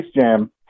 Jam